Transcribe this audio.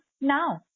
now